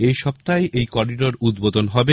এ সপ্তাহেই এই করিডর উদ্বোধন হবে